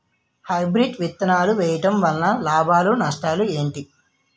Hybrid విత్తనాలు వేయటం వలన లాభాలు నష్టాలు ఏంటి?